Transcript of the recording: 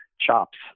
chops